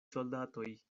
soldatoj